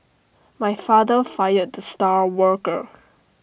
my father fired star worker